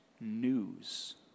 news